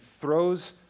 throws